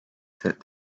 that